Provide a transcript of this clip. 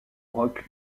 rock